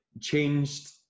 Changed